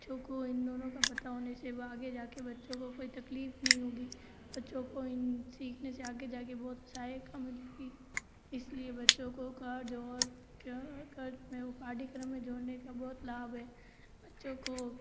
बच्चों को इन दोनों का पता होने से वह आगे जाकर बच्चों को कोई तकलीफ़ नहीं होगी बच्चों को इन सीखने से आगे जाकर बहुत सारे काम मिलेंगे इसलिए बच्चों को क़र्ज़ और कैया क़र्ज़ में वह पाठ्यक्रम में जोड़ने का बहुत लाभ है बच्चों को